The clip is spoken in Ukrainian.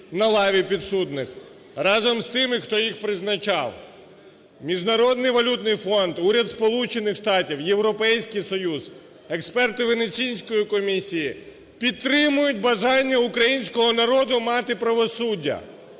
на лаві підсудних разом з тими, хто їх призначав. Міжнародний валютний фонд, уряд Сполучених Штатів, Європейський Союз, експерти Венеційської комісії підтримують бажання українського народу мати правосуддя.